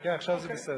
כן, עכשיו זה בסדר.